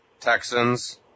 Texans